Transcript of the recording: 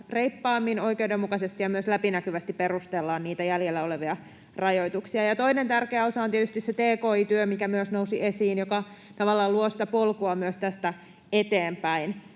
reippaammin, oikeudenmukaisesti ja myös läpinäkyvästi perustellaan niitä jäljellä olevia rajoituksia. Toinen tärkeä osa on tietysti se tki-työ, joka myös nousi esiin ja joka tavallaan luo sitä polkua myös tästä eteenpäin